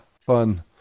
Fun